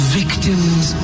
victims